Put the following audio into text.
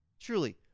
Truly